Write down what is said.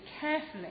carefully